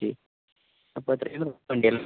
ഹ്മ് അപ്പം എത്ര ആയിരുന്നു വണ്ടി എല്ലാം